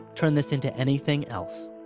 turn this into anything else.